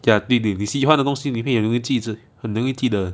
ya 对对你喜欢的东西的东西你会很容易记着很容易记得